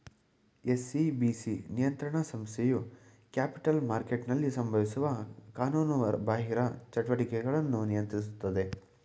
SCBC ನಿಯಂತ್ರಣ ಸಂಸ್ಥೆಯು capital ಮಾರ್ಕೆಟ್ನಲ್ಲಿ ಸಂಭವಿಸುವ ಕಾನೂನುಬಾಹಿರ ಚಟುವಟಿಕೆಗಳನ್ನು ನಿಯಂತ್ರಿಸುತ್ತದೆ